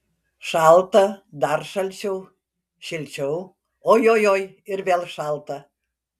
šalta dar šalčiau šilčiau ojojoi ir vėl šalta